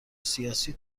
سیاسی